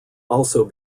also